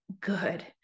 good